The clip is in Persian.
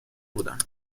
بودم